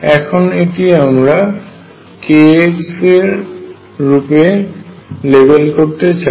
এখন এটি আমরা kx এর রূপে লেবেল করতে চাই